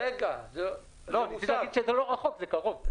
רציתי להגיד שזה לא רחוק, זה קרוב.